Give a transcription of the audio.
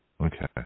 Okay